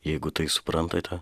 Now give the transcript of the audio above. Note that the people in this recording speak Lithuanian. jeigu tai suprantate